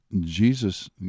Jesus